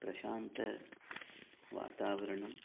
प्रशान्तं वातावरणम्